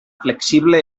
flexible